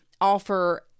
offer